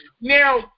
Now